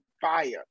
fire